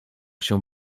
się